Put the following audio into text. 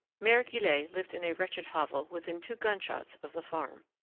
mere guillette lived in a wretched hovel within two gunshots of the farm.